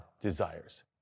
desires